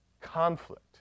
conflict